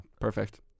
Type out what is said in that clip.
Perfect